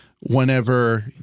Whenever